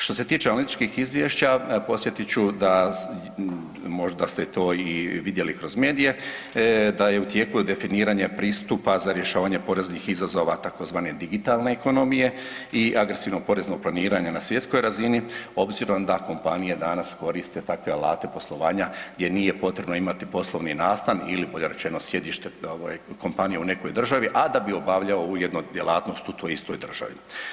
Što se tiče analitičkih izvješća podsjetit ću možda ste to i vidjeli kroz medije, da je u tijeku definiranje pristupa za rješavanje poreznih izazova tzv. digitalne ekonomije i agresivnog poreznog planiranja na svjetskoj razini obzirom da kompanije danas koriste takve alate poslovanja gdje nije potrebno imati poslovni nastan ili bolje rečeno sjedište ovaj kompanije u nekoj državi, a da bi obavljao ujedno djelatnost u toj istoj državi.